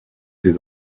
ses